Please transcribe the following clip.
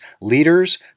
leaders